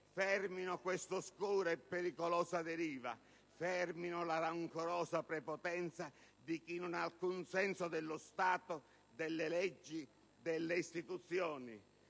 Fermino questa oscura e pericolosa deriva; fermino la rancorosa prepotenza di chi non ha alcun senso dello Stato, delle leggi e delle istituzioni.